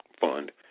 fund